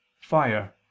fire